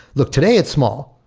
look. today it's small.